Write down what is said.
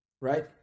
right